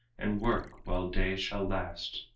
and work while day shall last.